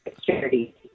charity